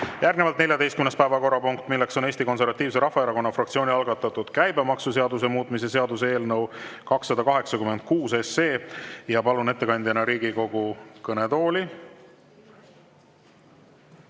välja. Järgnevalt 14. päevakorrapunkt, milleks on Eesti Konservatiivse Rahvaerakonna fraktsiooni algatatud käibemaksuseaduse muutmise seaduse eelnõu 286. Palun ettekandjana Riigikogu kõnetooli